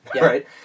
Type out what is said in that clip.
right